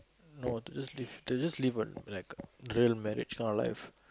no to just live to just live a like real marriage kind of life